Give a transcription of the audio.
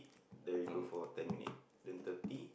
then we go for ten minute then thirty